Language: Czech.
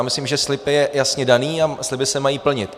Myslím, že slib je jasně daný a sliby se mají plnit.